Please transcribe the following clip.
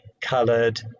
coloured